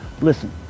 listen